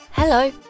Hello